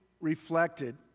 reflected